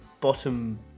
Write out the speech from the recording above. bottom